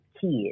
kids